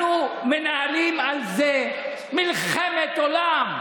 אנחנו מנהלים על זה מלחמת עולם,